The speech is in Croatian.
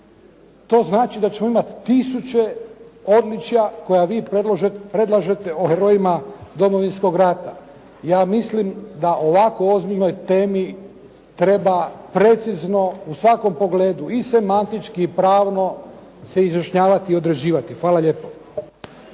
to znači da ćemo imati tisuće odličja koja vi predlažete o herojima Domovinskog rata. Ja mislim da o ovakvoj ozbiljnoj temi treba precizno u svakom pogledu i … /Govornik se ne razumije./ … i pravno se izjašnjavati i određivati. Hvala lijepo.